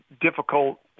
difficult